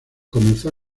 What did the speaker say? comenzó